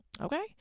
Okay